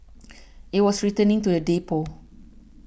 it was returning to the depot